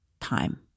time